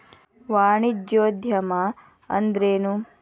ವಾಣಿಜ್ಯೊದ್ಯಮಾ ಅಂದ್ರೇನು?